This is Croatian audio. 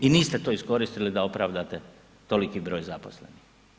I niste to iskoristili da opravdate toliki broj zaposlenih.